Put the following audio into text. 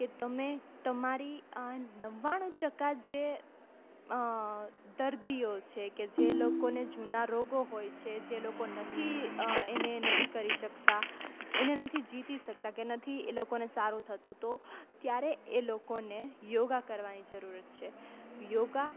કે તમે તમારી આ નવ્વાણું ટકા જે દર્દીઓ છે કે જે લોકોને જૂના રોગો હોય છે જે લોકો નથી એને નથી કરી શકતાં એને નથી જીતી શકતાં કે નથી એ લોકોને સારું થતું તો ત્યારે એ લોકોને યોગ કરવાની જરૂરત છે યોગ